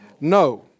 no